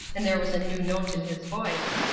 and there was a new note in his voice,